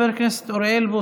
חבר הכנסת אוריאל בוסו.